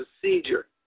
procedure